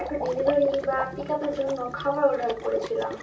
একটা ডেলিভারি বা পিক আপের জন্য খাবার অর্ডার করেছিলাম